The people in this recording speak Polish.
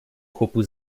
chłopu